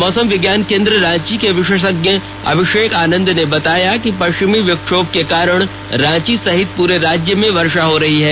मौसम विज्ञान केंद्र रांची के विशेषज्ञ अभिषेक आनंद ने बताया कि पश्चिमी विछोभ के कारण रांची सहित पूरे राज्य में वर्षा हो रही है